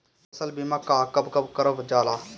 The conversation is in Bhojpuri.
फसल बीमा का कब कब करव जाला?